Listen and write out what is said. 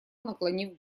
наклонив